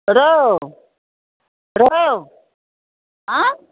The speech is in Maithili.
रहु रहु आँय